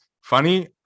funny